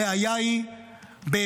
הבעיה היא בהמשך